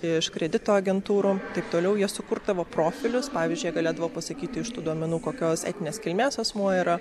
iš kredito agentūrų taip toliau jie sukurdavo profilius pavyzdžiui jie galėdavo pasakyti iš tų duomenų kokios etninės kilmės asmuo yra